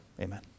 amen